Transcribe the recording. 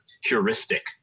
heuristic